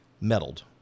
meddled